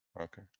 okay